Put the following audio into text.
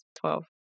twelve